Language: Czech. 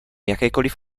jakékoliv